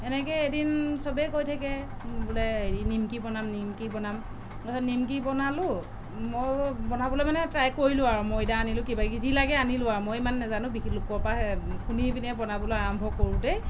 এনেকৈয়ে এদিন চবেই কৈ থাকে বোলে হেৰি নিমকি বনাম নিমকি বনাম নিমকি বনালোঁ মই বনাবলৈ মানে ট্ৰাই কৰিলোঁ আৰু ময়দা আনিলোঁ কিবা কিবি যি লাগে আনিলোঁ আৰু মই ইমান নাজানো বি লোকৰপৰা শুনি পেনে বনাবলৈ আৰম্ভ কৰোতেই